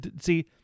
See